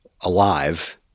alive